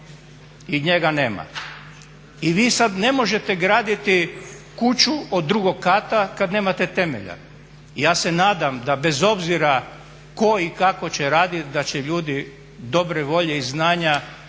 i njega nema. I vi sad ne možete graditi kuću od drugog kata kad nemate temelja. Ja se nadam da bez obzira tko i kako će raditi da će ljudi dobre volje i znanja napraviti